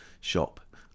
shop